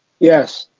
yes.